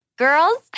Girls